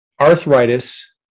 arthritis